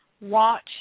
watch